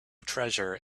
treasure